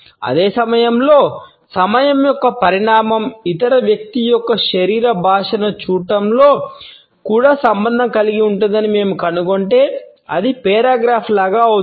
అదే సమయంలో సమయం యొక్క పరిమాణం ఇతర వ్యక్తి యొక్క శరీర భాషను చూడటం తో కూడా సంబంధం కలిగి ఉందని మేము కనుగొంటే అది పేరాగ్రాఫ్ లాగా అవుతుంది